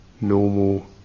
normal